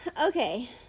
Okay